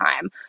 time